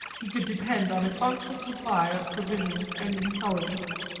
he could depend on a constant supply of provisions and intelligence.